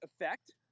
effect